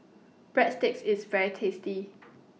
Breadsticks IS very tasty